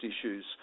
issues